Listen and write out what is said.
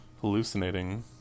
hallucinating